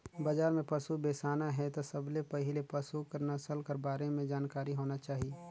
बजार में पसु बेसाना हे त सबले पहिले पसु कर नसल कर बारे में जानकारी होना चाही